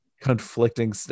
conflicting